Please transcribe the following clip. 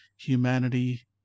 humanity